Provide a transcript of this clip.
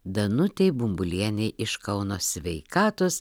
danutei bumbulienei iš kauno sveikatos